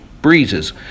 breezes